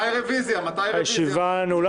הישיבה ננעלה